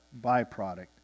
byproduct